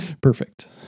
Perfect